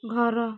ଘର